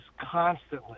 constantly